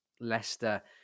Leicester